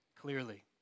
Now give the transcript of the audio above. clearly